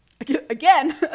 again